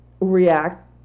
react